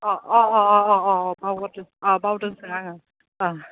अ अ अ अ अ बावगारदो अ बावदोंब्रा आङो